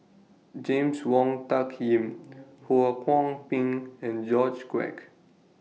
James Wong Tuck Yim Ho Kwon Ping and George Quek